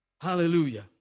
Hallelujah